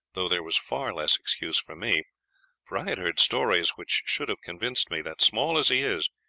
though there was far less excuse for me for i had heard stories which should have convinced me that, small as he is,